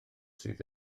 sydd